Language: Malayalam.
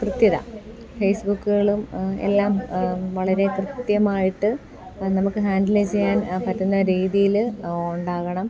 കൃത്യത ഫേസ്ബുക്കുകളും എല്ലാം വളരെ കൃത്യമായിട്ട് നമുക്ക് ഹാൻഡില ചെയ്യാൻ പറ്റുന്ന രീതിയിൽ ഉണ്ടാകണം